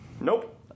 Nope